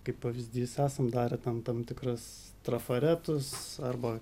kaip pavyzdys esam darę ten tam tikras trafaretus arba